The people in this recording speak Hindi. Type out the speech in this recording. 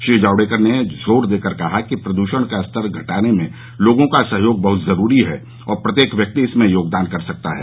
श्री जावडेकर ने जोर देकर कहा कि प्रदृषण का स्तर घटाने में लोगों का सहयोग बहत जरूरी है और प्रत्येक व्यक्ति इसमें योगदान कर सकता है